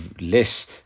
less